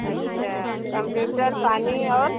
अच्छा कम्प्यूटर पानी और